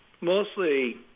mostly